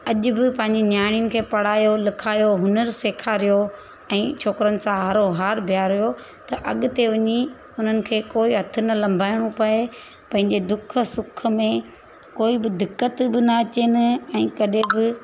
अॼु बि पंहिंजी नियाणियुनि खे पढ़ायो लिखायो हुनर सेखारियो ऐं छोकिरनि सां हारो हार बीहारियो त अॻिते वञी उन्हनि खे कोई हथु न लंभाइणो पिए पंहिंजे दुखु सुखु में को बि दिक़त बि न अचेनि ऐं कॾहिं बि